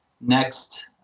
Next